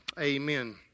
Amen